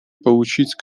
получить